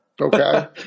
Okay